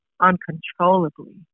uncontrollably